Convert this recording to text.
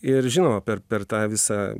ir žinoma per per tą visa